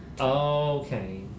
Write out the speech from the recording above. okay